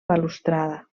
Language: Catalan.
balustrada